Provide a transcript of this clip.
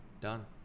Done